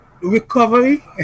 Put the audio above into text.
recovery